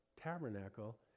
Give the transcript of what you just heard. tabernacle